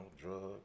drugs